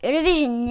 Revision